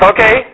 Okay